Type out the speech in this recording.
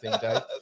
Dave